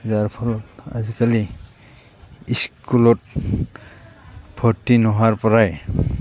যাৰ ফলত আজিকালি স্কুলত ভৰ্তি নোহোৱাৰপৰাই